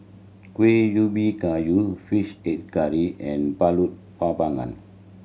Kuih Ubi Kayu Fish Head Curry and pulut